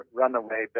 runaway